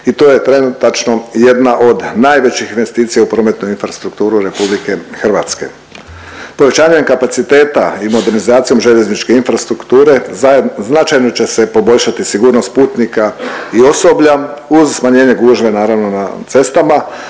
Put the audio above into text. i to je trenutačno jedna od najvećih investicija u prometnu infrastrukturu RH. Povećanjem kapaciteta i modernizacijom željezničke infrastrukture značajno će se poboljšati sigurnost putnika i osoblja uz smanjenje gužve naravno na cestama.